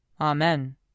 Amen